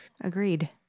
agreed